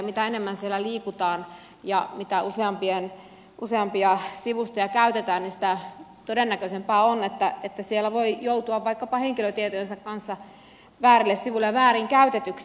mitä enemmän siellä liikutaan ja mitä useampia sivustoja käytetään sitä todennäköisempää on että siellä voi joutua vaikkapa henkilötietojensa kanssa väärille sivuille ja väärinkäytetyksi